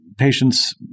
patients